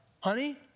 Honey